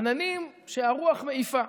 עננים שהרוח מעיפה.